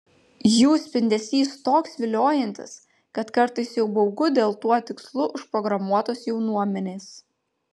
jų spindesys toks viliojantis kad kartais jau baugu dėl tuo tikslu užprogramuotos jaunuomenės